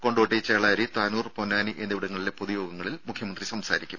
കൊണ്ടോട്ടി ചേളാരി താനൂർ പൊന്നാനി എന്നിവിടങ്ങളിലെ പൊതുയോഗങ്ങളിൽ മുഖ്യമന്ത്രി സംസാരിക്കും